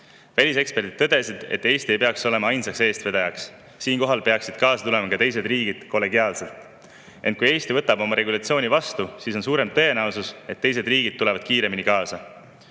Väliseksperdid tõdesid, et Eesti ei peaks olema ainus eestvedaja, vaid siinkohal peaksid kollegiaalselt kaasa tulema ka teised riigid. Ent kui Eesti võtab oma regulatsiooni vastu, siis on suurem tõenäosus, et teised riigid tulevad kiiremini kaasa.